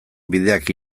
bideak